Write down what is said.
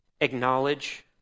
acknowledge